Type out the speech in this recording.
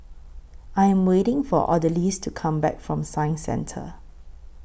I Am waiting For Odalys to Come Back from Science Centre